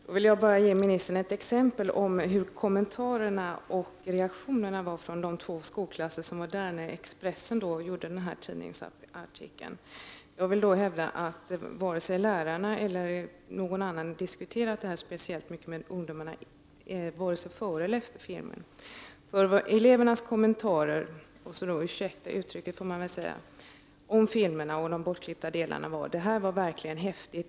Herr talman! Jag vill bara ge utbildningsministern ett exempel på kommentarerna och reaktionerna från de två skolklasser som var närvarande vid det tillfälle som beskrevs i Expressenartikeln. Jag vill hävda att varken lärarna eller någon annan hade diskuterat detta speciellt mycket med ungdomarna vare sig före eller efter visningen av filmerna. En elevkommentar om filmerna inkl. de bortklippta delar var — låt mig be om ursäkt för uttryckssättet — följande: ”Det här är verkligen häftigt!